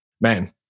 Man